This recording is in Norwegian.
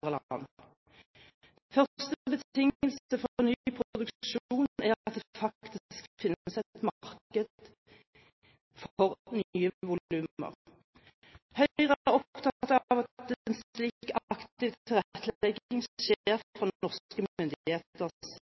Første betingelse for ny produksjon er at det faktisk finnes et marked for nye volumer. Høyre er opptatt av at en slik aktiv tilrettelegging skjer fra norske